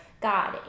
God